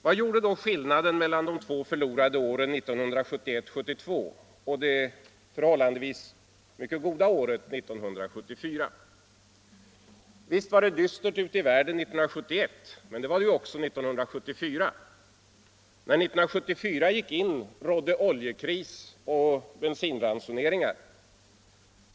Vad gjorde då skillnaden mellan de två förlorade åren 1971 och 1972 och det förhållandevis mycket goda året 1974? Visst var det dystert ute i världen 1971. Men det var det också 1974. När 1974 gick in rådde oljekris och bensinransoneringar.